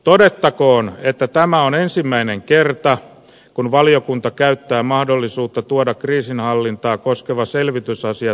todettakoon että tämä on ensimmäinen kerta kun valiokunta käyttää mahdollisuutta tuoda kriisinhallintaa koskevan selvitysasian täysistuntoon